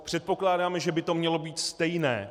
Předpokládáme, že by to mělo být stejné.